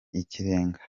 ikirengaa